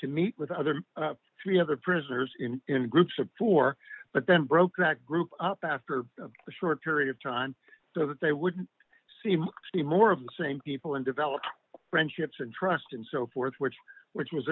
to meet with other three other prisoners in in groups of four but then broke that group up after a short period of time so that they wouldn't see see more of the same people and develop friendships and trust and so forth which which was